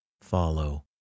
follow